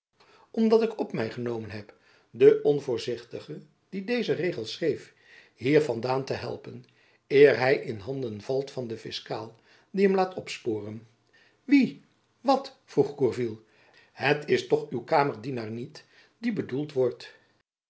dat ik op my genomen heb den onvoorzichtige die deze regels schreef hier van daan te helpen eer hy in handen valt van den fiskaal die hem laat opsporen wie wat vroeg gourville het is toch uw kamerdienaar niet die bedoeld wordt